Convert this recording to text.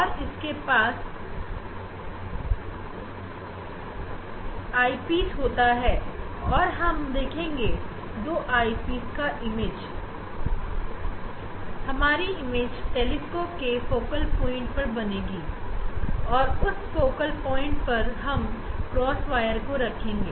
और इसके पास आईपीस होता है जिसके द्वारा हम छवि को देखते हैं हमारी इमेज टेलीस्कोप के फोकल प्वाइंट पर बनेगी और उस फोकल प्वाइंट पर हम क्रॉसवायर को रखेंगे